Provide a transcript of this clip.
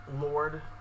Lord